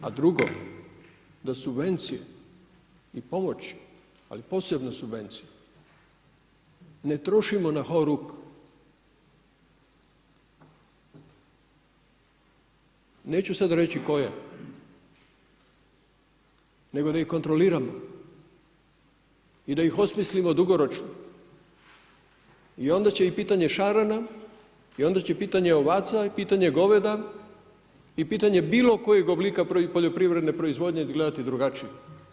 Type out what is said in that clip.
A drugo, da subvencije i pomoći ali posebno subvencije ne trošimo na „horuk“, neću sad reći koje nego da ih kontroliramo i da ih osmislimo dugoročno, onda će i pitanje šarana, onda će pitanje ovaca, pitanje goveda i pitanje bilo kojeg oblika poljoprivredne proizvodnje izgledati drugačije.